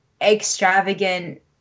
extravagant